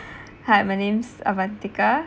hi my name's avantika